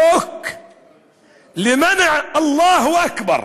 חוק למניעת "אללה אכבר",